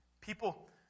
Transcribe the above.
People